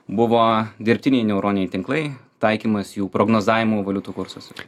buvo dirbtiniai neuroniniai tinklai taikymas jų prognozavimo valiutų kursuose